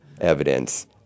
evidence